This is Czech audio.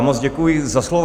Moc děkuji za slovo.